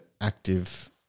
active